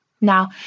Now